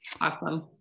awesome